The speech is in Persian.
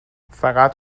فقط